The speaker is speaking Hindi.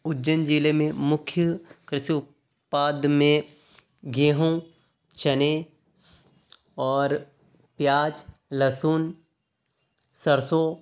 उज्जैन ज़िले में मुख्य क़ृषि उत्पाद में गेहूं चने और प्याज़ लहसुन सरसो